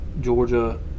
georgia